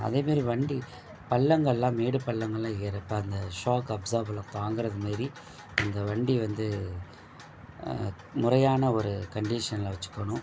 அதே மாரி வண்டி பள்ளங்களெலாம் மேடு பள்ளங்களெலாம் ஏறுகிறப்ப அந்த ஷாக் அப்சர்வ்லெலாம் தாங்கிறது மாரி அந்த வண்டி வந்து முறையான ஒரு கண்டிஷனில் வைச்சுக்கணும்